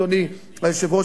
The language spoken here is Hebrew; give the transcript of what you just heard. אדוני היושב-ראש,